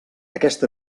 aquest